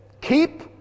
Keep